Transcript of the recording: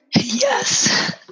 Yes